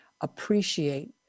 appreciate